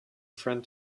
friend